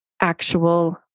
actual